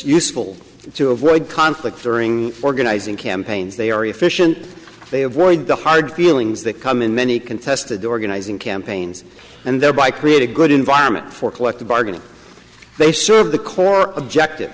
useful to avoid conflict during organizing campaigns they are efficient they avoid the hard feelings that come in many contested organizing campaigns and thereby create a good environment for collective bargaining they serve the core objective